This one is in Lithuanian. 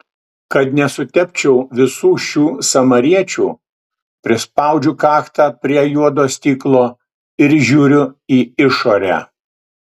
kad nesutepčiau visų šių samariečių prispaudžiu kaktą prie juodo stiklo ir žiūriu į išorę